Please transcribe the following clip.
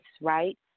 right